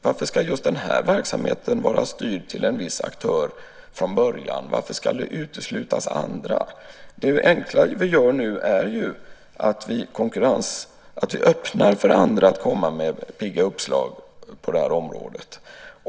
Varför ska just den här verksamheten vara styrd till en viss aktör från början? Varför ska andra uteslutas? Det enkla som vi nu gör är att vi öppnar för andra att komma med pigga uppslag på detta område.